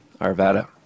Arvada